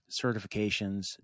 certifications